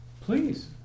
Please